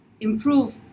improve